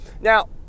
now